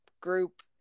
group